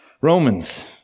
Romans